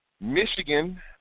Michigan